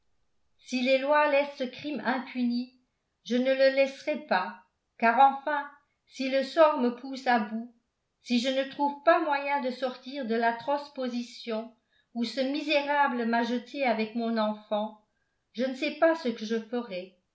si les lois laissent ce crime impuni je ne le laisserai pas car enfin si le sort me pousse à bout si je ne trouve pas moyen de sortir de l'atroce position où ce misérable m'a jetée avec mon enfant je ne sais pas ce que je ferai